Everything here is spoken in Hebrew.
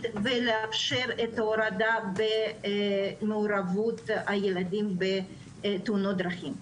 ולאפשר הורדה במעורבות הילדים בתאונות דרכים.